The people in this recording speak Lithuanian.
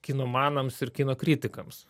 kinomanams ir kino kritikams